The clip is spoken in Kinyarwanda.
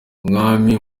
umwami